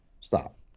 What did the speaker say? Stop